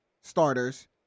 starters